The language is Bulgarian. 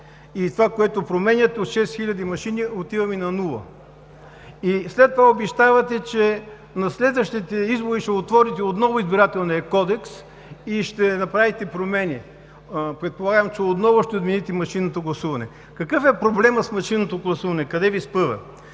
и това, което променяте – от шест хиляди машини, отиваме на нула. След това обещавате, че на следващите избори ще отворите отново Избирателния кодекс и ще направите промени. Предполагам, че отново ще отмените машинното гласуване. Какъв е проблемът с машинното гласуване? Къде Ви спъва?